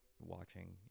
watching